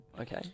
Okay